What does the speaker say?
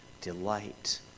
delight